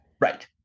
right